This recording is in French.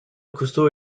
cousteau